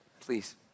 Please